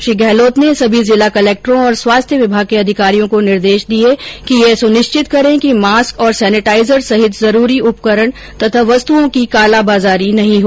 श्री गहलोत ने सभी जिला कलक्टरों और स्वास्थ्य विभाग के अधिकारियों को निर्देश दिए कि यह सुनिश्चित करें कि मास्क और सेनिटाइजर सहित जरूरी उपकरण तथा वस्तुओं की कालाबाजारी नहीं हो